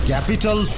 Capital